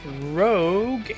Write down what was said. rogue